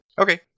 Okay